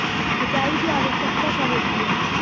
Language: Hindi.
सिंचाई की आवश्यकता कब होती है?